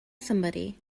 somebody